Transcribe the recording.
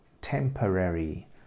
temporary